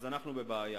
אז אנחנו בבעיה.